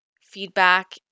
feedback